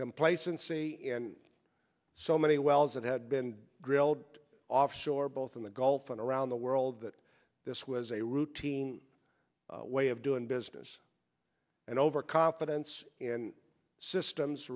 complacency and so many wells that had been drilled offshore both in the gulf and around the world that this was a routine way of doing business and over confidence in systems